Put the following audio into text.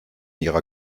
ihrer